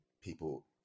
people